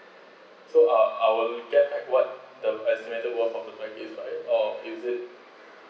so I'll I will get what the as medal one or is it